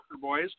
boys